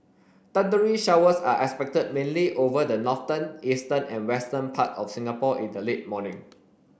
thundery showers are expected mainly over the northern eastern and western part of Singapore in the late morning